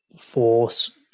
force